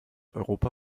europa